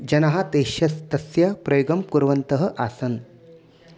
जनाः तेषां स् तस्य प्रयोगं कुर्वन्तः आसन्